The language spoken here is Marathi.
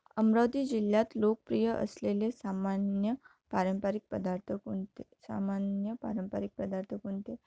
अमरावती जिल्ह्यात लोकप्रिय असलेले सामान्य पारंपरिक पदार्थ कोणते सामान्य पारंपरिक पदार्थ कोणते